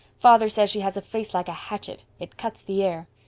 father says she has a face like a hatchet it cuts the air.